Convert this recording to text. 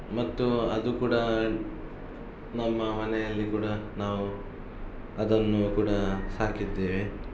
ಮತ್ತು ಅದು ಕೂಡ ನಮ್ಮ ಮನೆಯಲ್ಲಿ ಕೂಡ ನಾವು ಅದನ್ನು ಕೂಡ ಸಾಕಿದ್ದೇವೆ